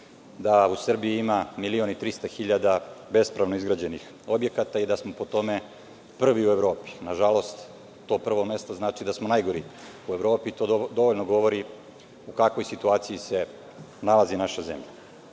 da u Srbiji ima 1.300.000 bespravno izgrađenih objekata i da smo po tome prvi u Evropi. Nažalost, to prvo mesto znači da smo najgori u Evropi i to dovoljno govori u kakvoj situaciji se nalazi naša zemlja. Ovaj